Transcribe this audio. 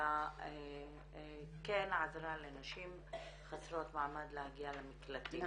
שהמשטרה כן עזרה לנשים חסרות מעמד להגיע למקלטים.